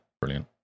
brilliant